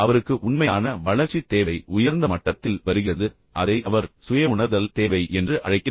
அவருக்கு உண்மையான வளர்ச்சித் தேவை உயர்ந்த மட்டத்தில் வருகிறது அதை அவர் சுய உணர்தல் தேவை என்று அழைக்கிறார்